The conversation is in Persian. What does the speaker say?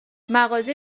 مغازه